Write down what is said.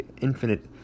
infinite